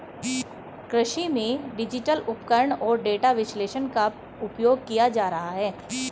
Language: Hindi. कृषि में डिजिटल उपकरण और डेटा विश्लेषण का उपयोग किया जा रहा है